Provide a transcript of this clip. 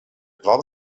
prop